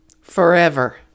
forever